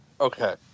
Okay